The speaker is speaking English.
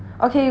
okay